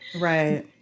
right